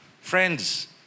Friends